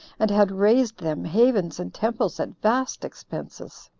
and had raised them havens and temples at vast expenses.